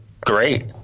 great